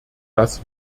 dass